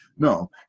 No